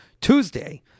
Tuesday